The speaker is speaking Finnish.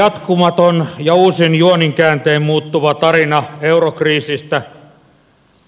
loputon ja uusin juonenkääntein muuttuva tarina eurokriisistä